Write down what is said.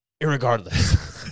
Irregardless